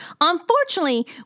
Unfortunately